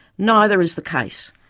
neither is the case.